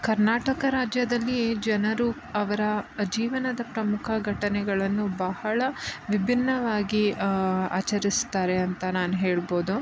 ಕರ್ನಾಟಕ ರಾಜ್ಯದಲ್ಲಿ ಜನರು ಅವರ ಜೀವನದ ಪ್ರಮುಖ ಘಟನೆಗಳನ್ನು ಬಹಳ ವಿಭಿನ್ನವಾಗಿ ಆಚರಿಸ್ತಾರೆ ಅಂತ ನಾನು ಹೇಳ್ಬೋದು